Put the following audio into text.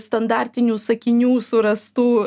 standartinių sakinių surastų